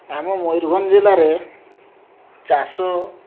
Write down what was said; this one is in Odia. ଆମ ମୟୁରଭଞ୍ଜ ଜିଲ୍ଲାରେ ଚାଷ